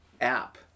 app